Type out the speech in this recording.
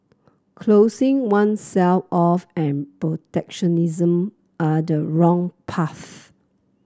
closing oneself off and protectionism are the wrong path